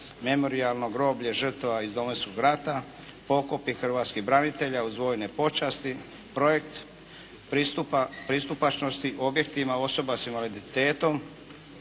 memorijalno groblje žrtava iz Domovinskog rata, pokopi hrvatskih branitelja uz vojne počasti, projekt pristupačnosti objektima osoba s invaliditetom,